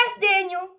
Daniel